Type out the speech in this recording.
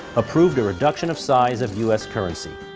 approved a reduction of size of u s. currency.